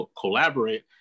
collaborate